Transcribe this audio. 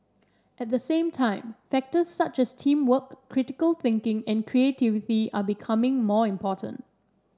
at the same time factors such as teamwork critical thinking and creativity are becoming more important